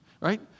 right